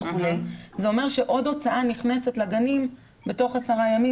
זה אומר שעוד הוצאה של כמה אלפי שקלים נכנסת לגנים בתוך עשרה ימים,